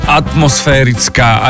atmosférická